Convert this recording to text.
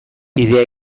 bidea